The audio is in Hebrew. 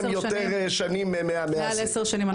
הם יותר שנים -- מעל עשר שנים.